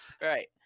right